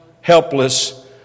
helpless